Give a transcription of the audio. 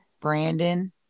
Brandon